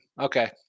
Okay